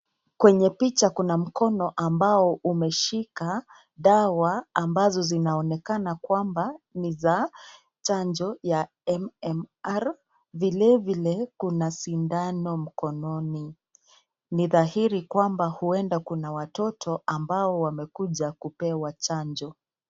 Kwenye picha kuna mkono ambao umeshika dawa ambazo zinaonekana kwamba ni za chanjo ya MMR. Vilevile, kuna sindano mkononi. Ni dhahiri kwamba huenda kuna watoto ambao wamekuja kupewa chanjo.